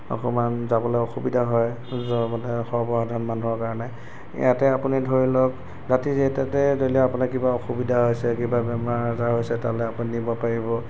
অকণমান যাবলৈ অসুবিধা হয় মানে সৰ্বসাধাৰণ মানুহৰ কাৰণে ইয়াতে আপুনি ধৰি লওক ৰাতি যেইটাতে ধৰি লওক আপোনাৰ কিবা অসুবিধা হৈছে কিবা বেমাৰ আজাৰ হৈছে তালৈ আপুনি নিব পাৰিব